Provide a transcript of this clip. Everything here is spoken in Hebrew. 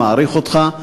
מעריך אותך,